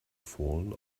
fallen